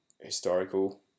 historical